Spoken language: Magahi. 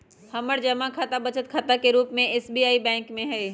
हमर जमा खता बचत खता के रूप में एस.बी.आई बैंक में हइ